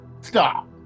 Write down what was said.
Stop